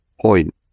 point